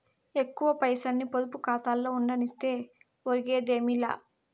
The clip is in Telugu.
ఎక్కువ పైసల్ని పొదుపు కాతాలో ఉండనిస్తే ఒరిగేదేమీ లా